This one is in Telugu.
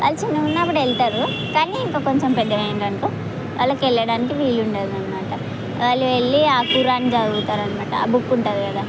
వాళ్ళు చిన్నగా ఉన్నప్పుడు వెళ్తారు కానీ ఇంకా కొంచెం పెద్దగా అయ్యిన్రు అనుకో వాళ్ళకి వెళ్ళడానికి వీలు ఉండదు అన్నమాట వాళ్ళు వెళ్ళి ఆ ఖురాన్ చదువుతారు అన్నమాట ఆ బుక్ ఉంటుంది కదా